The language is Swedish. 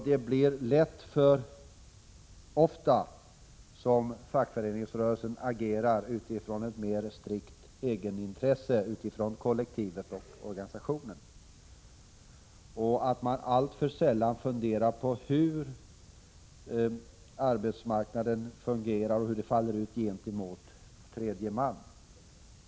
Det blir lätt alltför ofta så att fackföreningsrörelsen agerar utifrån ett mer strikt egenintresse, utifrån kollektivet och organisationen, och att man alltför sällan funderar på hur arbetsmarknaden fungerar och hur agerandet faller ut gentemot tredje man.